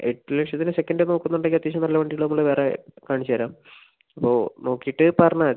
എട്ട് ലക്ഷത്തിന് സെക്കൻഡ് നോക്കുന്നു ഉണ്ടെങ്കിൽ അത്യാവശ്യം നല്ല വണ്ടികൾ നമ്മൾ വേറെ കാണിച്ചുതരാം അപ്പോൾ നോക്കീട്ട് പറഞ്ഞാൽ മതി